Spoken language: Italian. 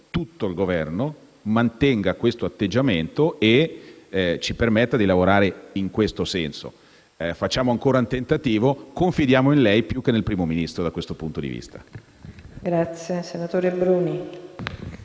tutto il Governo - mantenesse questo atteggiamento e ci permettesse di lavorare in tal senso. Facciamo ancora un tentativo. Confidiamo in lei più che nel Primo ministro, da questo punto di vista.